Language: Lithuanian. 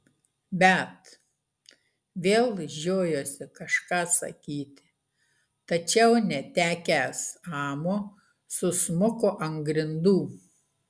bet vėl žiojosi kažką sakyti tačiau netekęs amo susmuko ant grindų